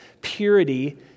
purity